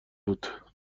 بود